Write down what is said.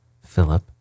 Philip